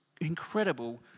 incredible